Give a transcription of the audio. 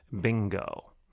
bingo